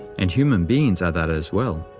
and human beings are that as well.